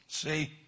See